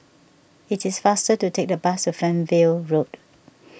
it is faster to take the bus to Fernvale Road